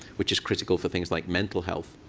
which is critical for things like mental health.